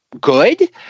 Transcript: Good